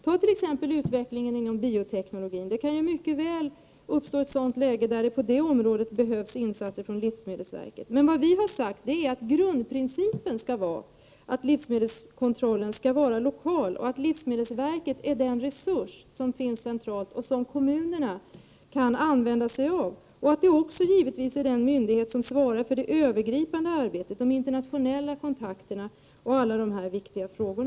När det gäller utvecklingen inom bioteknologin kan det mycket väl uppstå ett läge där det på detta område behövs insatser från livsmedelsverket. Men vad vi har sagt är att grundprincipen skall vara att livsmedelskontrollen skall vara lokal och att livsmedelsverket skall vara den resurs som skall finnas centralt och som kommunerna kan använda sig av. Livsmedelsverket skall också vara den myndighet som svarar för det övergripande arbetet, de internationella kontakterna och andra viktiga frågor.